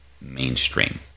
mainstream